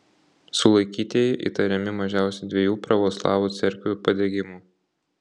sulaikytieji įtariami mažiausiai dviejų pravoslavų cerkvių padegimu